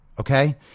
Okay